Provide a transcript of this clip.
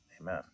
amen